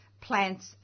plants